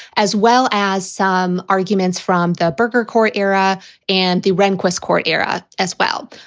as well as some arguments from the burger court era and the rehnquist court era as well.